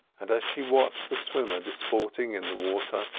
and as she watched the swimmer disporting in the water,